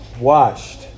washed